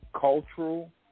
cultural